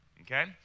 okay